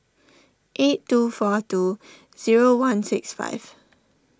eight two four two zero one six five